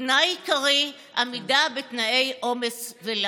ותנאי עיקרי: עמידה בתנאי עומס ולחץ.